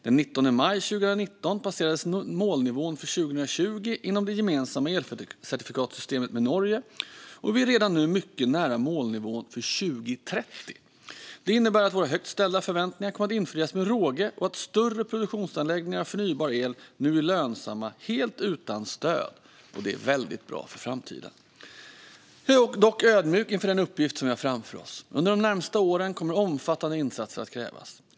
Den 19 maj 2019 passerades målnivån för 2020 inom det gemensamma elcertifikatssystemet med Norge, och vi är redan nu mycket nära målnivån för 2030. Det innebär att våra högt ställda förväntningar kommer att infrias med råge och att större produktionsanläggningar av förnybar el nu är lönsamma helt utan stöd, och det är väldigt bra för framtiden. Jag är dock ödmjuk inför den uppgift som vi har framför oss. Under de närmaste åren kommer omfattande insatser att krävas.